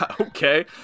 Okay